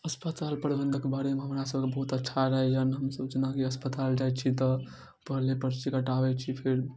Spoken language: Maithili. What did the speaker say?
अस्पताल प्रबन्धनके बारेमे हमरासभके बहुत अच्छा रहैए हमसभ जेनाकि अस्पताल जाइ छी तऽ पहिले परची कटाबै छी फेर